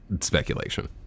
speculation